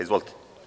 Izvolite.